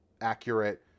accurate